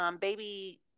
baby